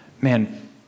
man